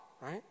right